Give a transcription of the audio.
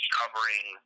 covering